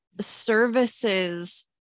Services